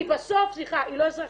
כי בסוף היא לא אזרחית,